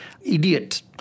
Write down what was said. idiot